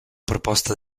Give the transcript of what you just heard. proposta